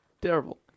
Terrible